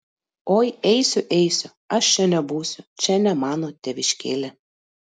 oi eisiu eisiu aš čia nebūsiu čia ne mano tėviškėlė